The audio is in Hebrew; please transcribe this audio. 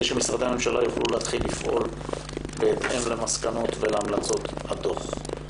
שמשרדי הממשלה יוכלו להתחיל לפעול בהתאם למסקנות ולהמלצות הדוח.